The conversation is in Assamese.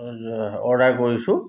খাদ্য অৰ্ডাৰ কৰিছোঁ